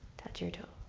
touch your toes.